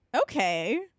okay